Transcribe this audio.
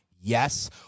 Yes